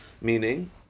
Meaning